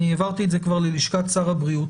אני העברתי את זה כבר ללשכת שר הבריאות,